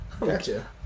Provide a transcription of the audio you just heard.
Gotcha